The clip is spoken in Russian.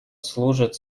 служит